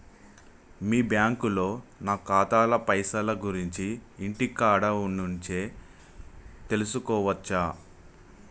మీ బ్యాంకులో నా ఖాతాల పైసల గురించి ఇంటికాడ నుంచే తెలుసుకోవచ్చా?